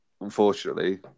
unfortunately